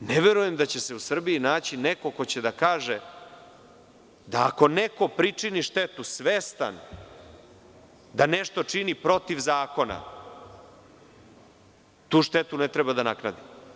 Ne verujem da će se u Srbiji naći neko ko će da kaže da ako neko pričini štetu svestan da nešto čini protiv zakona, tu štetu ne treba da nadoknadi.